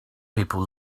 people